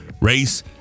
race